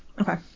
okay